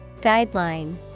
Guideline